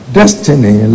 destiny